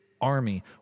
Army